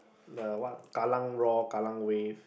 the what kallang Roar kallang Wave